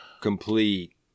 complete